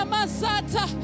Masata